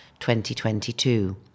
2022